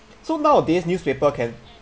so nowadays newspaper can